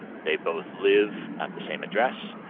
they both live at the same address,